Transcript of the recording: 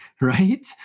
right